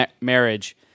marriage